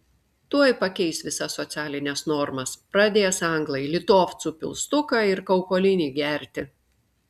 tuoj pakeis visas socialines normas pradės anglai litovcų pilstuką ir kaukolinį gerti